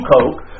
Coke